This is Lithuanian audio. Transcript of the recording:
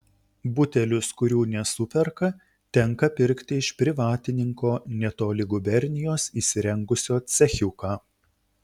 butelius kurių nesuperka tenka pirkti iš privatininko netoli gubernijos įsirengusio cechiuką